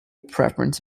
preference